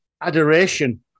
adoration